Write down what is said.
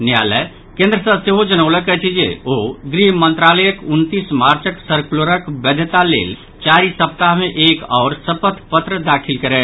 न्यायालय केन्द्र सँ सेहो जनौलक अछि जे ओ गृह मंत्रालयक उनतीस मार्चक सर्कुलरक वैधता लेल चारि सप्ताह मे एक आओर शपथ पत्र दाखिल करय